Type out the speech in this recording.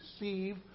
receive